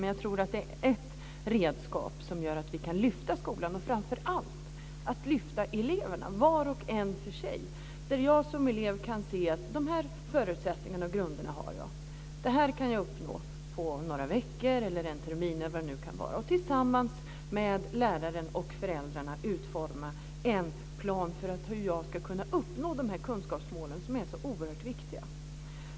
Men det är ett redskap som gör att vi kan lyfta skolan och framför allt lyfta eleverna var och en för sig, där jag som elev kan se att de här förutsättningarna och grunderna har jag, det här kan jag uppnå på några veckor, en termin eller vad det nu kan vara. Tillsammans med läraren och föräldrarna utformar man en plan för hur eleven ska kunna uppnå de kunskapsmål som är så oerhört viktiga.